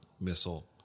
missile